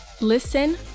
Listen